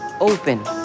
open